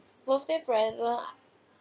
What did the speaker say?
birthday present